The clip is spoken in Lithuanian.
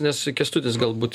nes kęstutis galbūt